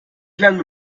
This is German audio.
lange